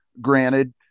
granted